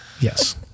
yes